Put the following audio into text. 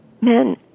men